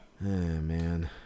man